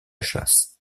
chasse